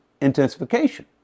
intensification